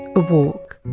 a walk.